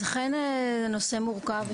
אכן הנושא מורכב,